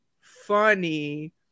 funny